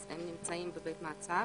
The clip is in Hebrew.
אז הם נמצאים בבית המעצר.